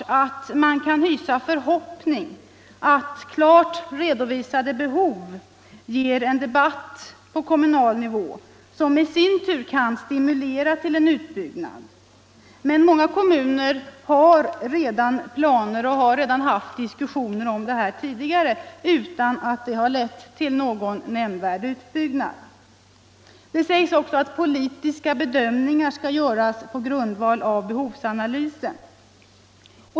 Man kan naturligtvis hysa förhoppning om att klart redovisade behov ger en debatt på kommunal nivå som i sin tur kan stimulera till en utbyggnad, men många kommuner har redan barnomsorgsplaner och har haft diskussioner om utbyggnaden tidigare utan att det har lett till någon nämnvärd utbyggnad. Det sägs också att politiska bedömningar skall göras på grundval av behovsanalysen.